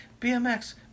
BMX